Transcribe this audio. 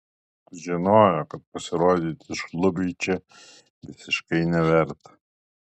žinojo kad pasirodyti šlubiui čia visiškai neverta